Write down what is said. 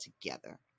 together